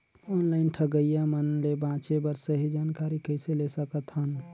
Online ठगईया मन ले बांचें बर सही जानकारी कइसे ले सकत हन?